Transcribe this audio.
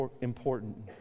important